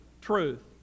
truth